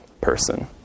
person